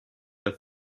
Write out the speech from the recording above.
der